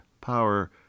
power